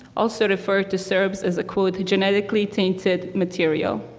also referred to serbs as a quote genetically tainted material.